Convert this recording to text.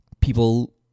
people